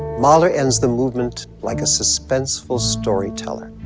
mahler ends the movement like a suspenseful storyteller.